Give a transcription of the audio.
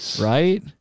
Right